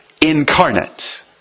incarnate